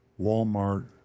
Walmart